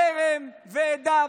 זרם ועדה.